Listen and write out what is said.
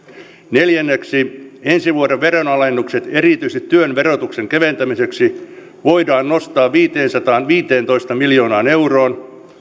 neljänneksi ensi vuoden veronalennukset erityisesti työn verotuksen keventämiseksi voidaan nostaa viiteensataanviiteentoista miljoonaan euroon